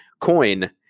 coin